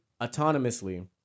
autonomously